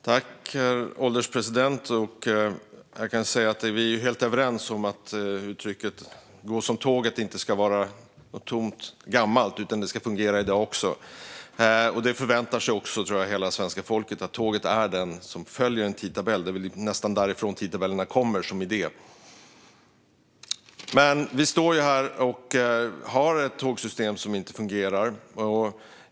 Herr ålderspresident! Statsrådet och jag är helt överens om att uttrycket att något går som tåget inte ska vara gammalt utan fungera även i dag. Jag tror också att hela svenska folket förväntar sig att tåget följer en tidtabell; det är väl nästan från tåget som tidtabellerna som idé kommer. Vi står dock här och har ett tågsystem som inte fungerar.